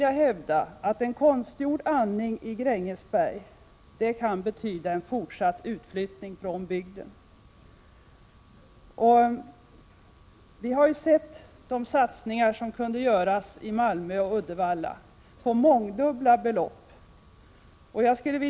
Jag hävdar att konstgjord andning i Grängesberg kan betyda en fortsatt utflyttning från bygden. Vi har sett de satsningar med mångdubbla belopp som gjorts i Malmö och Uddevalla.